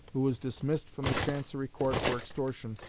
who was dismissed from the chancery court for extortion,